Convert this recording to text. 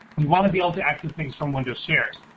you wanna be able to access things from windows shares.